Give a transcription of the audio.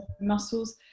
muscles